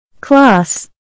Class